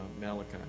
Malachi